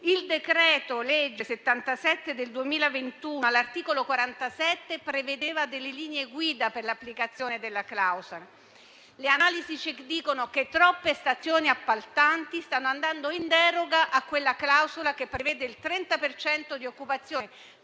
Il decreto-legge n. 77 del 2021, all'articolo 47, prevedeva delle linee guida per l'applicazione di tale clausola. Le analisi ci dicono che troppe stazioni appaltanti stanno andando in deroga a quella clausola che prevede il 30 per cento di occupazione